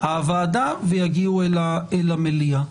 הוועדה ולמליאה.